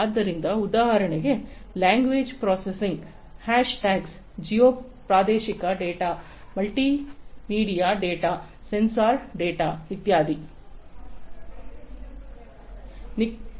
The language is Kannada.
ಆದ್ದರಿಂದ ಉದಾಹರಣೆಗೆ ಲ್ಯಾಂಗ್ವೇಜ್ ಪ್ರೊಸೆಸಿಂಗ್ ಹ್ಯಾಶ್ ಟ್ಯಾಗ್ಗಳು ಜಿಯೋ ಪ್ರಾದೇಶಿಕ data multimedia data sensor data ಇತ್ಯಾದಿ